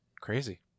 crazy